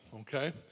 Okay